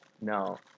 no